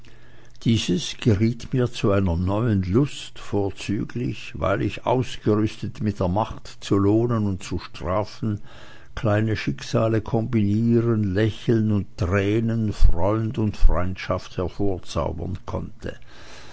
dieses geriet mir zu einer neuen lust vorzüglich weil ich ausgerüstet mit der macht zu lohnen und zu strafen kleine schicksale kombinieren lächeln und tränen freund und feindschaft hervorzaubern konnte